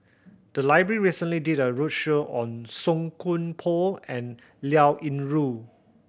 the library recently did a roadshow on Song Koon Poh and Liao Yingru